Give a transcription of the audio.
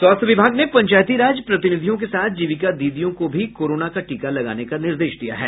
स्वास्थ्य विभाग ने पंचायती राज प्रतिनिधियों के साथ जीविका दीदियों को भी कोरोना का टीका लगाने का निर्देश दिया है